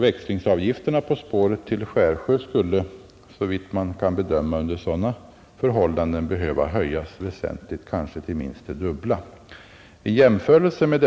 Växlingsavgifterna på spåret till Skärsjö skulle, "såvitt man kan bedöma, under sådana förhållanden behöva höjas väsentligt — kanske till minst det dubbla.